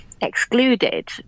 excluded